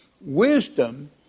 Wisdom